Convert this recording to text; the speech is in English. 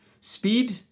Speed